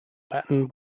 pattern